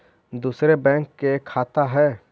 दुसरे बैंक के खाता हैं?